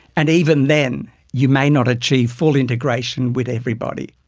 and even then you may not achieve full integration with everybody.